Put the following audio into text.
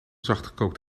zachtgekookt